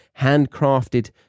handcrafted